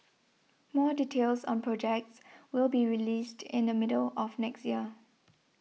more details on projects will be released in the middle of next year